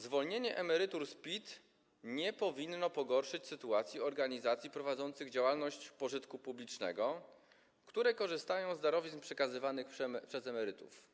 Zwolnienie emerytur z PIT nie powinno pogorszyć sytuacji organizacji prowadzących działalność pożytku publicznego, które korzystają z darowizn przekazywanych przez emerytów.